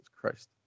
Christ